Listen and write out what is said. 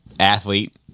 Athlete